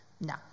No